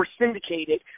syndicated